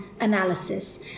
analysis